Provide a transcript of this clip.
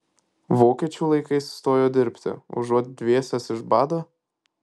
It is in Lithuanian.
vokiečių laikais stojo dirbti užuot dvėsęs iš bado